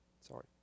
Sorry